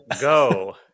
Go